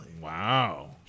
Wow